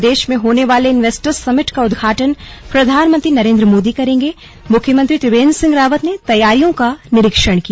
प्रदेश में होने वाले इंवेस्टर्स समिट का उद्घाटन प्रधानमंत्री नरेंद्र मोदी करेंगेमुख्यमंत्री त्रिवेंद्र सिंह रावत ने तैयारियों का निरीक्षण किया